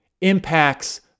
impacts